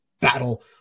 battle